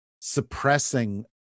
suppressing